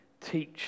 Teach